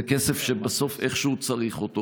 זה כסף שבסוף איכשהו צריך אותו,